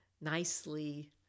nicely